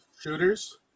Shooters